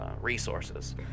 resources